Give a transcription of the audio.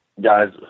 guys